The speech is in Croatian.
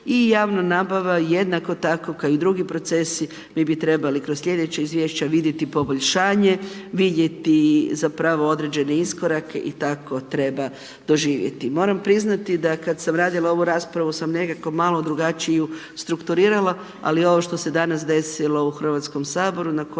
i javna nabava je jednako tako kao i drugi procesi, mi bi trebali kroz slijedeća izvješća vidjeti poboljšanje, vidjeti zapravo određene iskorake i tako treba doživjeti. Moram priznati da kad sam radila ovu raspravu sam nekako malo drugačije ju strukturirala, ali ovo što se danas desilo u Hrvatskom saboru na koju